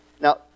Now